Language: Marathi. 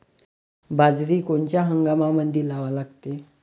बाजरी कोनच्या हंगामामंदी लावा लागते?